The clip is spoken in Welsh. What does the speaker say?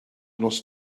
nos